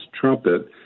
trumpet